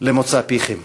למוצא פיכם.